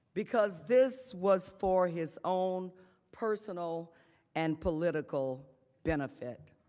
because this was for his own personal and political benefit.